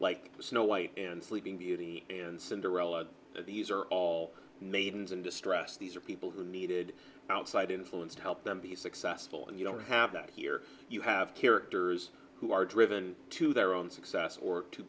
like snow white and sleeping beauty and cinderella these are all maidens in distress these are people who needed outside influence to help them be successful and you don't have that here you have characters who are driven to their own success or to